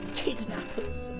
kidnappers